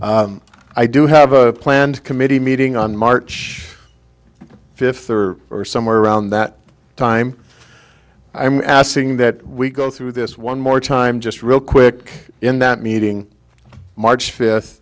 i do have a planned committee meeting on march fifth or or somewhere around that time i am asking that we go through this one more time just real quick in that meeting march fifth